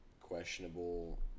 Questionable